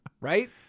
Right